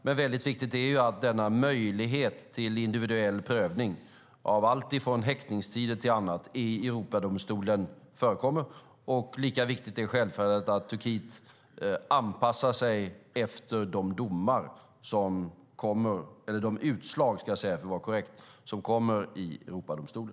Det är viktigt att denna möjlighet till individuell prövning av alltifrån häktningstider och annat i Europadomstolen förekommer. Lika viktigt är det självfallet att Turkiet anpassar sig efter de utslag som kommer i Europadomstolen.